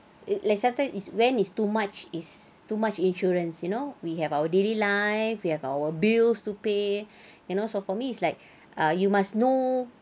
it like sometime is when is too much is too much insurance you know we have our daily life we have our bills to pay you know so for me it's like ah you must know